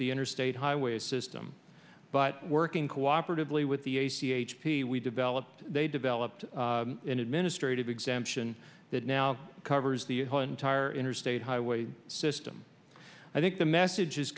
the interstate highway system but working cooperatively with the a c h p we developed they developed an administrative exemption that now covers the whole entire interstate highway system i think the message